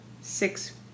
six